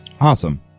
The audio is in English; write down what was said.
Awesome